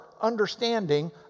understanding